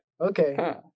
Okay